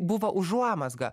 buvo užuomazga